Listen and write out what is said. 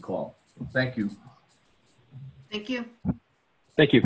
call thank you thank you thank you